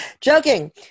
Joking